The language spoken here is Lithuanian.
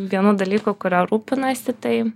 vienu dalyku kuriuo rūpinuosi tai